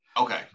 Okay